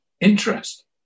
interest